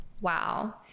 Wow